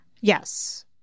Yes